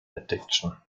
addiction